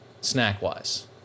snack-wise